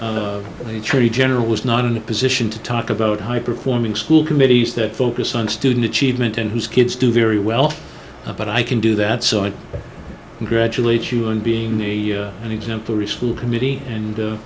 the tree general was not in a position to talk about high performing school committees that focus on student achievement and whose kids do very well but i can do that so i congratulate you on being an exemplary school committee and